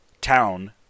town